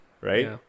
Right